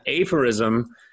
aphorism